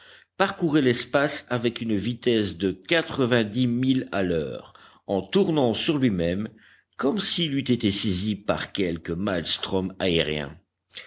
parcourait l'espace avec une vitesse de quatrevingt dix milles à l'heure en tournant sur lui-même comme s'il eût été saisi par quelque maelstrm aérien